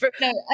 no